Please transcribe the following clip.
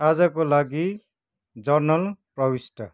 आजको लागि जर्नल प्रविष्ट